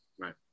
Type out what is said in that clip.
Right